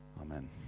Amen